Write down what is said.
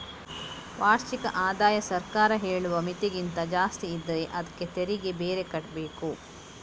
ವಾರ್ಷಿಕ ಆದಾಯ ಸರ್ಕಾರ ಹೇಳುವ ಮಿತಿಗಿಂತ ಜಾಸ್ತಿ ಇದ್ರೆ ಅದ್ಕೆ ತೆರಿಗೆ ಬೇರೆ ಕಟ್ಬೇಕು